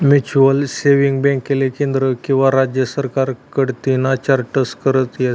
mutual saving बॅकले केंद्र किंवा राज्य सरकार कडतीन चार्टट करता येस